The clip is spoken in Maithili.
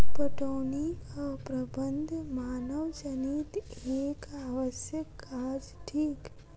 पटौनीक प्रबंध मानवजनीत एक आवश्यक काज थिक